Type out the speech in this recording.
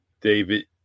David